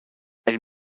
elle